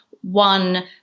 one